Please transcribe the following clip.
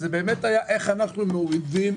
יהודית ודמוקרטית.